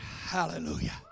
hallelujah